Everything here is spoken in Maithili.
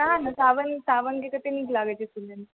साओनके कतेक नीक लागैत छै सुनैमे